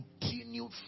continued